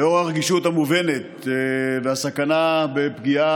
לנוכח הרגישות המובנת והסכנה בפגיעה